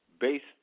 based